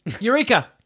eureka